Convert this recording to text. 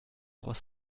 trois